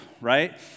right